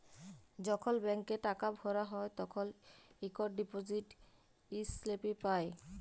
যখল ব্যাংকে টাকা ভরা হ্যায় তখল ইকট ডিপজিট ইস্লিপি পাঁই